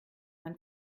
man